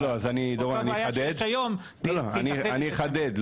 לא לא אני אחדד,